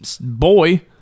boy